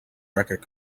record